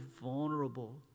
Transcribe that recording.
vulnerable